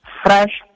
fresh